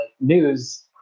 news